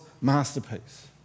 masterpiece